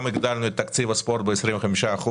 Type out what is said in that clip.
גם הגדלנו את תקציב הספורט ב-25%,